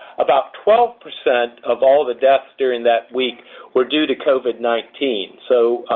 about twelve percent of all the deaths during that week were due to covid nineteen. so,